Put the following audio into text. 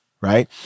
right